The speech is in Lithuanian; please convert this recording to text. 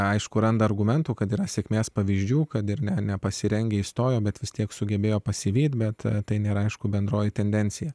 aišku randa argumentų kad yra sėkmės pavyzdžių kad ir ne nepasirengę įstojo bet vis tiek sugebėjo pasivyti bet tai nėra aišku bendroji tendencija